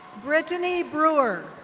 brittany brewer.